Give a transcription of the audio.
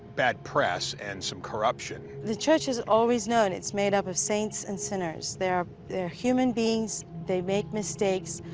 bad press and some corruption. the church has always known it's made up of saints and sinners. they're human beings. they make mistakes.